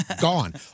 Gone